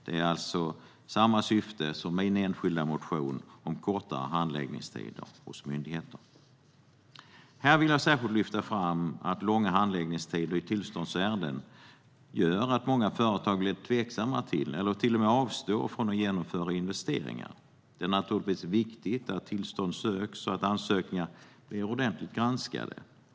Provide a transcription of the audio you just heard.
Det är alltså samma syfte som i min enskilda motion om kortare handläggningstider hos myndigheter. Här vill jag särskilt lyfta fram att långa handläggningstider i tillståndsärenden gör att många företag blir tveksamma till eller till och med avstår från att genomföra investeringar. Det är naturligtvis viktigt att tillstånd söks och att ansökningar blir ordentligt granskade.